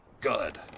Good